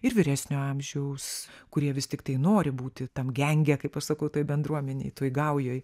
ir vyresnio amžiaus kurie vis tiktai nori būti tam genge kaip aš sakau toj bendruomenėj toj gaujoj